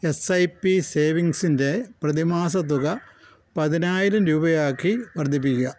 S I P സേവിങ്സിൻ്റെ പ്രതിമാസ തുക പതിനായിരം രൂപയാക്കി വർദ്ധിപ്പിക്കുക